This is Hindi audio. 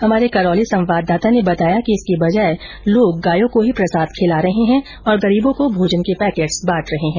हमारे करौली संवाददाता ने बताया कि इसकी बजाय लोग गायों को ही प्रसाद खिला रहे है और गरीबों को भोजन के पैकेट्स वितरित कर रहे है